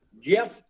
Jeff